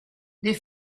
des